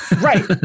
right